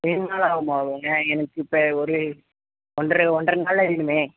ரெண்டு நாள் ஆகுமாவுங்க எனக்கு இப்போ ஒரு ஒன்றரை ஒன்றரை நாளில் வேணுமே